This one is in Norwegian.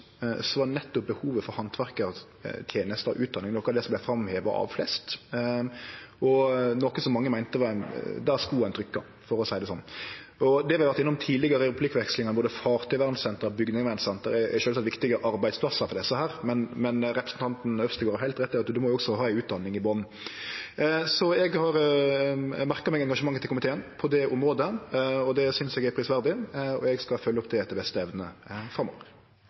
var det nettopp behovet for handverkartenester og utdanning som vart framheva oftast, og som mange meinte var der skoen trykte, for å seie det sånn. Som vi har høyrt i tidlegare replikkvekslingar, er både fartøyvernsentre og bygningsvernsentre sjølvsagt viktige arbeidsplassar for desse, men representanten Øvstegård har heilt rett i at ein også må ha ei utdanning i botnen. Eg merkar meg engasjementet til komiteen på det området. Det synest eg er prisverdig, og eg skal følgje opp det etter beste evne framover.